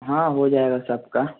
हाँ हो जाएगा सबका